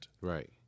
Right